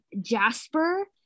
Jasper